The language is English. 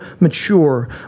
mature